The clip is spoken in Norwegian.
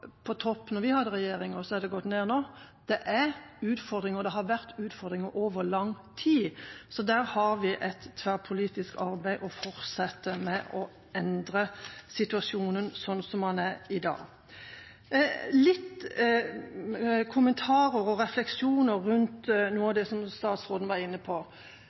på topp da vi hadde regjering og så er det gått ned nå. Det er utfordringer, og det har vært utfordringer over lang tid, så der har vi et tverrpolitisk arbeid å fortsette med når det gjelder å endre situasjonen sånn som den er i dag. Litt kommentarer og refleksjoner rundt noe av det som statsråden var inne på: